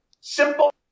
simple